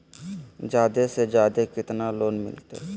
जादे से जादे कितना लोन मिलते?